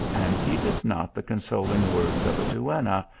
and heeded not the con soling words of a duenna,